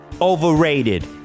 Overrated